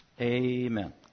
Amen